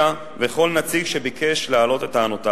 וכל נציג שביקש להעלות את טענותיו.